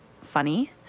funny